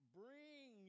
bring